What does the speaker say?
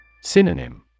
Synonym